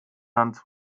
land